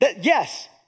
Yes